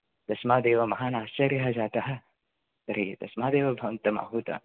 तस्मादेव महान् आश्चर्यः जातः तर्हि तस्मादेव भवन्तम् आहूतः